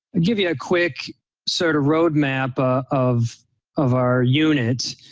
give you a quick sort of roadmap ah of of our units.